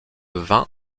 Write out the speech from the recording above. vainc